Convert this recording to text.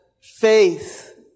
faith